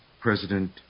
President